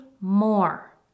more